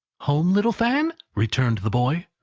home, little fan? returned the boy.